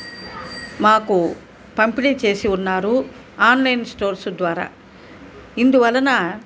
మాకు పంపిణీ చేసి ఉన్నారు ఆన్లైన్ స్టోర్సు ద్వారా ఇందువలన